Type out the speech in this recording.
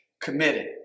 committed